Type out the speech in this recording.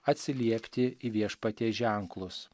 atsiliepti į viešpaties ženklus